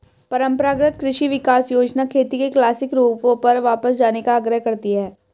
परम्परागत कृषि विकास योजना खेती के क्लासिक रूपों पर वापस जाने का आग्रह करती है